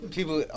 People